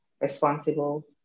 responsible